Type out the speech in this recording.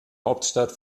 hauptstadt